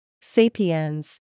Sapiens